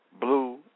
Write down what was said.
Blue